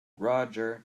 roger